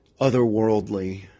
otherworldly